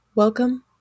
Welcome